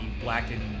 blackened